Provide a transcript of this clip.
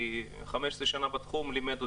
כי 15 שנה בתחום לימד אותי.